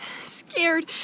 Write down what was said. scared